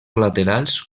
laterals